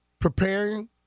preparing